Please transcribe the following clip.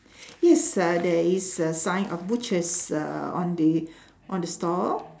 yes ah there is a sign of butchers uh on the on the store